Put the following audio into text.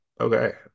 okay